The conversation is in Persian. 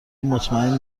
مطمئن